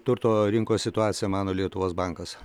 turto rinkos situaciją mano lietuvos bankas